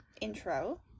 intro